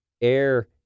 air